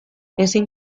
ezin